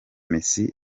messi